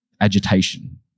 agitation